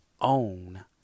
own